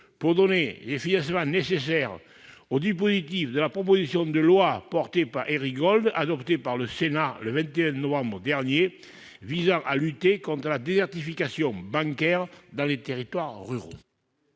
pour donner les financements nécessaires au dispositif de la proposition de loi, portée par Éric Gold, adoptée par le Sénat le 21 novembre 2018, visant à lutter contre la désertification bancaire dans les territoires ruraux.